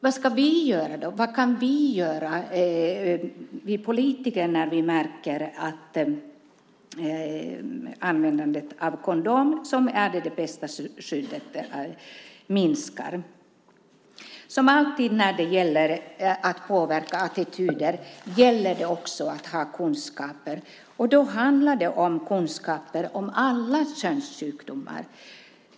Vad kan då vi politiker göra när vi märker att användandet av kondom, som är det bästa skyddet, minskar? Som alltid när det gäller att påverka attityder gäller det att ha kunskaper. Här handlar det om kunskaper om alla könssjukdomar.